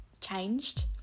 changed